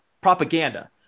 propaganda